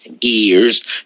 ears